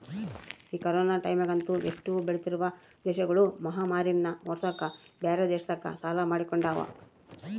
ಈ ಕೊರೊನ ಟೈಮ್ಯಗಂತೂ ಎಷ್ಟೊ ಬೆಳಿತ್ತಿರುವ ದೇಶಗುಳು ಮಹಾಮಾರಿನ್ನ ಓಡ್ಸಕ ಬ್ಯೆರೆ ದೇಶತಕ ಸಾಲ ಮಾಡಿಕೊಂಡವ